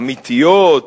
אמיתיות,